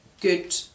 good